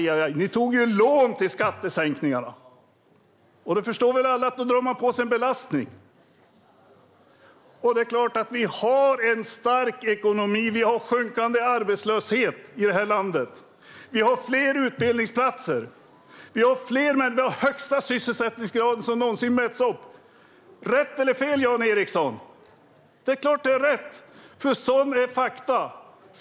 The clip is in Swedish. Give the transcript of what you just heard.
Ja, men man tog ju lån till skattesänkningarna. Då förstår alla att man drar på sig en belastning. Vi har en stark ekonomi och sjunkande arbetslöshet i detta land. Vi har fler utbildningsplatser, och vi har den högsta sysselsättningsgraden som någonsin mätts. Är det rätt eller fel, Jan Ericson? Det är klart att det är rätt, för det är ett faktum.